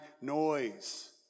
noise